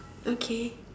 okay